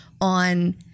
on